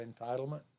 entitlement